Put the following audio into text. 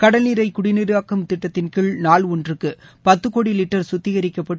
கடல்நீரை குடிநீராக்கும் திட்டத்தின் கீழ் நாள் ஒன்றுக்கு பத்து கோடி லிட்டர் கத்திகரிக்கப்பட்டு